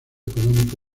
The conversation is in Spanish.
económico